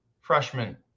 freshman